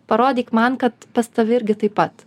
parodyk man kad pas tave irgi taip pat